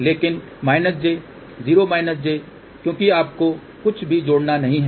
लेकिन -j 0 j क्योंकि आपको कुछ भी जोड़ना नहीं है